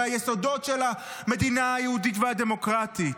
ביסודות של המדינה היהודית והדמוקרטית.